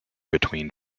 between